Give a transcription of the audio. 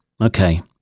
okay